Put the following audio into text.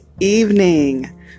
evening